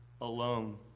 alone